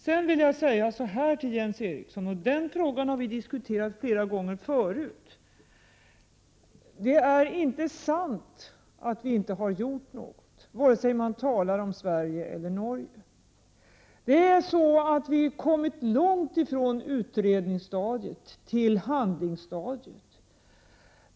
Sedan vill jag säga följande till Jens Eriksson, och den frågan har vi diskuterat flera gånger förut: Det är inte sant att vi inte har gjort något, och det gäller både Sverige och Norge. Vi har kommit långt förbi utredningsstadiet fram till handlingsstadiet.